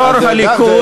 יושב-ראש הליכוד,